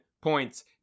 points